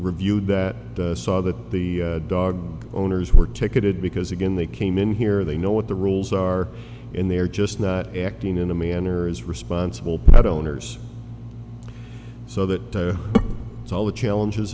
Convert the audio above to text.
reviewed that saw that the dog owners were ticketed because again they came in here they know what the rules are and they are just not acting in a manner as responsible pet owners so that it's all the challenges